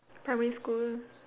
primary school